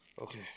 Okay